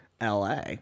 LA